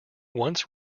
once